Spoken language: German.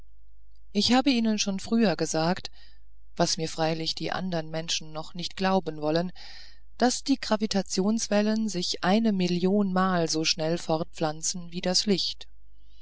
ich habe ihnen schon früher gesagt was mir freilich die andern menschen noch nicht glauben wollen daß die gravitationswellen sich eine million mal so schnell fortpflanzen als das licht